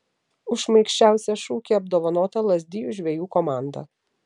už šmaikščiausią šūkį apdovanota lazdijų žvejų komanda